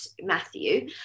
Matthew